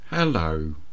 Hello